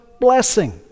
blessing